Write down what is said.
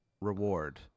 reward